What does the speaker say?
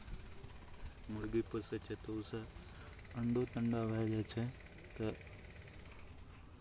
मुर्गी पोसै छै तऽ ओहिसँ अण्डो तण्डा भए जाइ छै तऽ